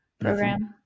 program